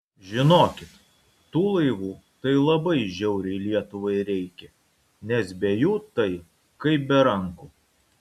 žinokit tų laivų tai labai žiauriai lietuvai reikia nes be jų tai kaip be rankų